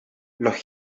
los